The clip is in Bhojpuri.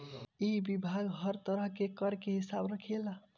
इ विभाग हर तरह के कर के हिसाब रखेला